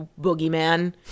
boogeyman